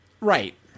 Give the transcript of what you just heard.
Right